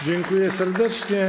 Dziękuję serdecznie.